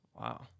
Wow